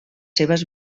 seves